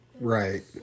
Right